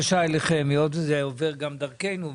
אם אני אראה שאני אכן יכול לעשות את זה